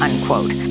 unquote